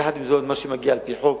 יחד עם זאת, מה שמגיע על-פי חוק